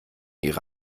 ihre